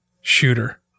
shooter